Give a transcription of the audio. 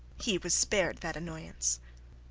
he was spared that annoyance.